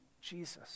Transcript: Jesus